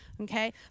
Okay